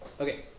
Okay